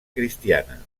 cristiana